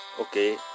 Okay